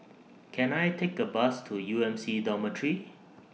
Can I Take A Bus to U M C Dormitory